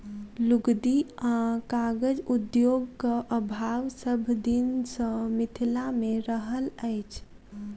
लुगदी आ कागज उद्योगक अभाव सभ दिन सॅ मिथिला मे रहल अछि